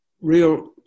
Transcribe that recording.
real